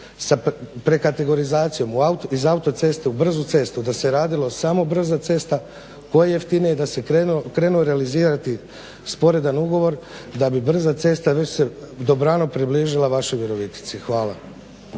sa prekategorizacijom iz autoceste u brzu cestu, da se radilo samo brza cesta koja je jeftinija i da se krenuo realizirati sporedan ugovor da bi brza cesta već se dobrano približila vašoj Virovitici. Hvala.